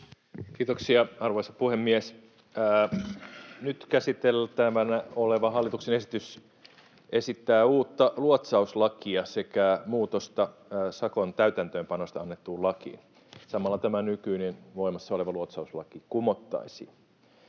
Kiitoksia, arvoisa puhemies! Nyt käsiteltävänä oleva hallituksen esitys esittää uutta luotsauslakia sekä muutosta sakon täytäntöönpanosta annettuun lakiin. Samalla tämä nykyinen voimassa oleva luotsauslaki kumottaisiin.